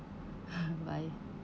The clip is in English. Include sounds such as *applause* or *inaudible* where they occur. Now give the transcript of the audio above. *laughs* bye